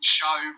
show